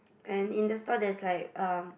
and in the store there's like uh